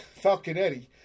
Falconetti